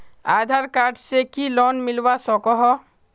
आधार card से की loan मिलवा सकोहो?